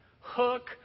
hook